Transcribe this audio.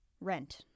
Rent